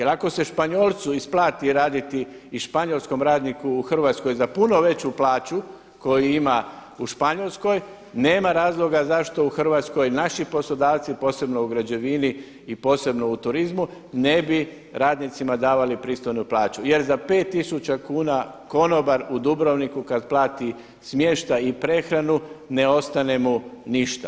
Jel ako se Španjolcu isplati raditi i španjolskom radniku u Hrvatskoj za puno veću plaću koju ima u Španjolskoj, nema razloga zašto u Hrvatskoj naši poslodavci posebno u građevini i posebno u turizmu ne bi radnicima davali pristojnu plaću jer za pet tisuća kuna konobar u Dubrovniku kada plati smještaj i prehranu ne ostane mu ništa.